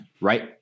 Right